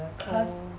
oh